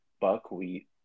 buckwheat